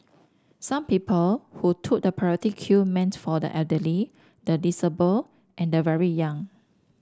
some people who took the priority queue meant for the elderly the disabled and the very young